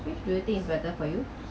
which do you think is better for you